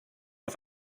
auf